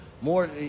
more